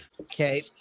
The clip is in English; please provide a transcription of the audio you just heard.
Okay